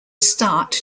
start